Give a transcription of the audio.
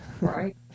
Right